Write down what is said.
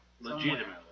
Legitimately